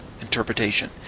interpretation